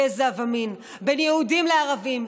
גזע ומין, בין יהודים לערבים,